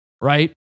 right